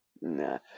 nah